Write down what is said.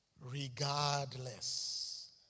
regardless